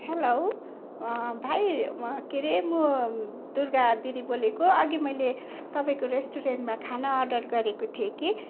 hello भाइ म के अरे म दुर्गा दिदी बोलेको अघि मैले तपाईँको रेस्टुरेन्टमा खाना अर्डर गरेको थिएँ कि